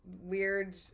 weird